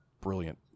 brilliant